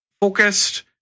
Focused